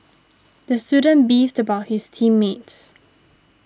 the student beefed about his team mates